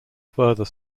further